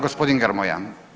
Gospodin Grmoja.